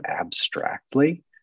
abstractly